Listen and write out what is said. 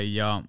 ja